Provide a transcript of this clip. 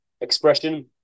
expression